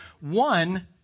one